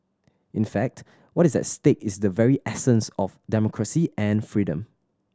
in fact what is at stake is the very essence of democracy and freedom